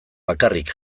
bakarrik